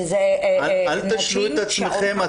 שזה נשים --- אל תשלו את עצמכם.